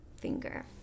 finger